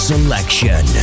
Selection